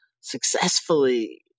successfully